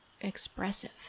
expressive